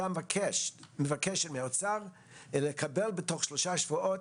הוועדה מבקשת מהאוצר לקבל בתוך שלושה שבועות